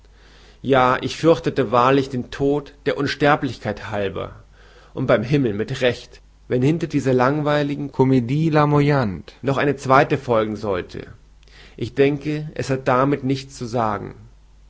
ja ich fürchtete wahrlich den tod der unsterblichkeit halber und beim himmel mit recht wenn hinter dieser langweiligen comedie larmoyante noch eine zweite folgen sollte ich denke es hat damit nichts zu sagen